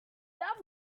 that